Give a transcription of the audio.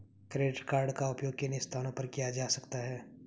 Credit card का उपयोग किन स्थानों पर किया जा सकता है?